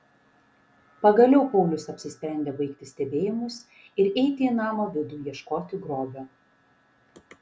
pagaliau paulius apsisprendė baigti stebėjimus ir eiti į namo vidų ieškoti grobio